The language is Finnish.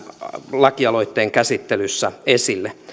lakialoitteen käsittelyssä esille